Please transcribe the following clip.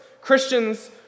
Christians